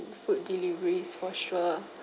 food deliveries for sure